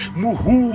muhu